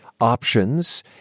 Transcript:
options